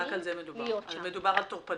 רק על זה מדובר, מדובר על תוקפנות.